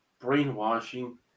brainwashing